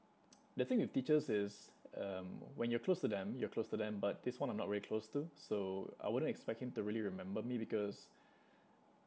the thing with teachers is um when you're close to them you're close to them but this one I'm not very close to so I wouldn't expect him to really remember me because